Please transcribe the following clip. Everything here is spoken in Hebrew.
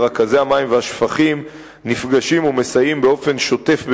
ורכזי המים והשפכים נפגשים ומסייעים באופן שוטף,